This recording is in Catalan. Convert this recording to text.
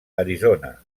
arizona